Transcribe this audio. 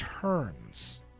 turns